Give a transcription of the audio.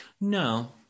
No